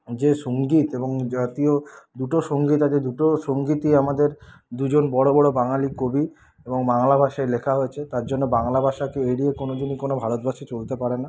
যে সঙ্গীত এবং জাতীয় দুটো সঙ্গীত আছে দুটো সঙ্গীতই আমাদের দুজন বড়ো বড়ো বাঙালি কবি এবং বাংলা ভাষায় লেখা হয়েছে তার জন্য বাংলা ভাষাকে এড়িয়ে কোনো দিনই কোনো ভারতবাসী চলতে পারে না